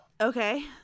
okay